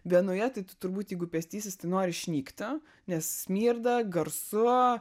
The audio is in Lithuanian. vienoje tai tu turbūt jeigu pėstysis tai nori išnykti nes smirda garsu